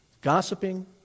gossiping